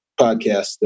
podcast